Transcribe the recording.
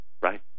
right